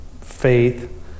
faith